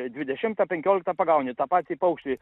dvidešimtą penkioliktą pagauni tą patį paukštį